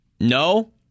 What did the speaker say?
No